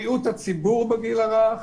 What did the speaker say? בריאות הציבור בגיל הרך,